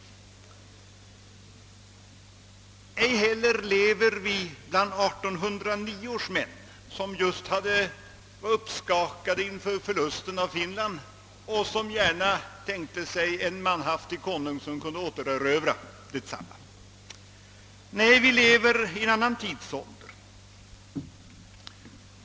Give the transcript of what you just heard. Ej heller lever vi bland 1809 års män, som just blivit uppskakade vid förlusten av Finland och gärna tänkte sig en manhaftig konung som kunde återerövra Finland. Nej, vi lever i en annan tidsålder.